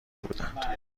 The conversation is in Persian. بودند